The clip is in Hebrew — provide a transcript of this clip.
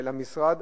למשרד,